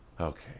Okay